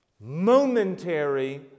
momentary